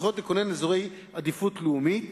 סמכויות לכונן אזורי עדיפות לאומית